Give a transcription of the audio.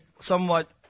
somewhat